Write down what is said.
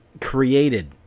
created